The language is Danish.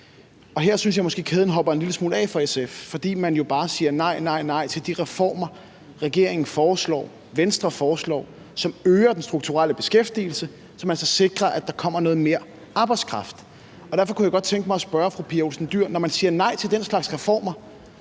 Og her synes jeg måske lidt at kæden hopper af for SF, fordi man jo bare siger »nej, nej, nej« til de reformer, som regeringen og Venstre foreslår, som øger den strukturelle beskæftigelse, og som altså sikrer, at der kommer noget mere arbejdskraft. Derfor kunne jeg godt tænke mig at spørge fru Pia Olsen Dyhr: Når man siger nej til den slags reformer,